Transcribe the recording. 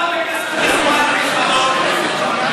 למה בכסף מזומן במזוודות?